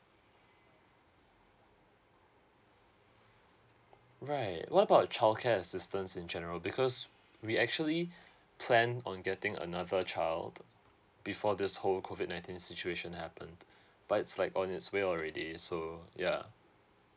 right what about childcare assistance in general because we actually plan on getting another child before this whole COVID nineteen situation happened but it's like on its way already so ya